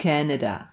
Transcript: Canada